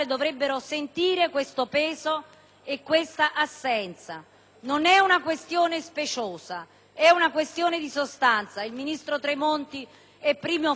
e questa assenza. Non è una questione speciosa, ma di sostanza: il ministro Tremonti è il primo firmatario di questo provvedimento;